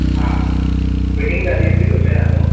आं हां हां वेटींग चार्जीस बी घेवचे ना न्हय